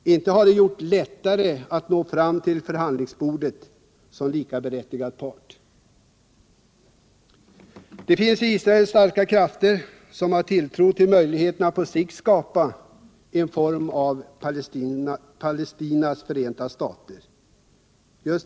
Inte har det gjort det lättare att nå fram till ett förhandlingsbord som likaberättigad part. Det finns i Israel starka krafter som har tilltro till möjligheten att på sikt skapa en form av ”Palestinas förenta stater”.